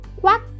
quack